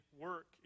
work